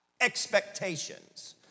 expectations